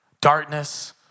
darkness